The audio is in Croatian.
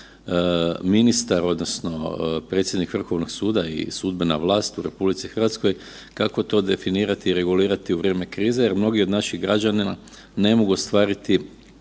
Hvala vam